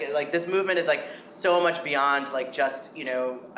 like, this movement is like so much beyond, like, just, you know,